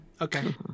Okay